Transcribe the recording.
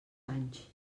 anys